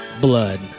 blood